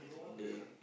ya